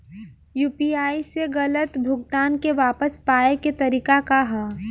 UPI से गलत भुगतान के वापस पाये के तरीका का ह?